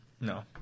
No